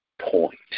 point